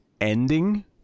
ending